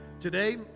today